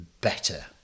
better